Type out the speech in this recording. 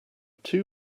two